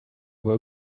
were